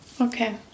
Okay